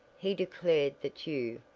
he declared that you,